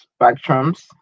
spectrums